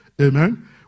Amen